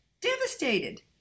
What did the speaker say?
devastated